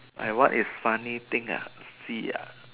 like what is funny thing uh see ya